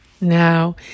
now